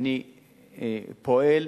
אני פועל,